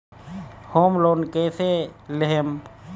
Home loan कैसे लेहम?